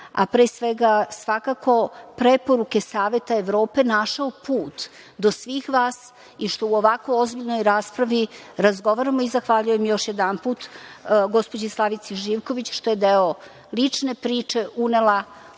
a pre svega svakako preporuke Saveta Evrope, našao put do svih vas i što u ovako ozbiljnoj raspravi razgovaramo i zahvaljujem još jedanput gospođi Slavici Živković što je deo lične priče unela